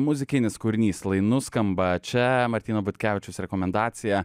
muzikinis kūrinys lai nuskamba čia martyno butkevičiaus rekomendacija